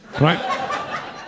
Right